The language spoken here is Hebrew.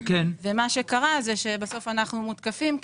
ומה שקרה זה שבסוף אנחנו מותקפים,